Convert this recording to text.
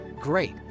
great